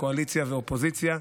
קואליציה ואופוזיציה,